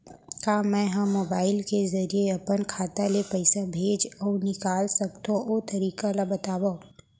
का मै ह मोबाइल के जरिए अपन खाता ले पइसा भेज अऊ निकाल सकथों, ओ तरीका ला बतावव?